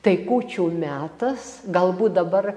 tai kūčių metas galbūt dabar